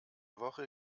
woche